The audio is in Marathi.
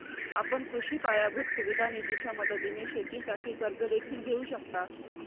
आपण कृषी पायाभूत सुविधा निधीच्या मदतीने शेतीसाठी कर्ज देखील घेऊ शकता